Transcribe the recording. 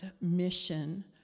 mission